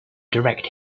direct